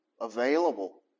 available